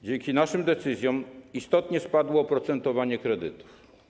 Dzięki naszym decyzjom istotnie spadło oprocentowanie kredytów.